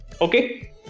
okay